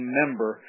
member